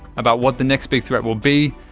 about what the next big threat will be,